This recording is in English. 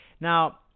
Now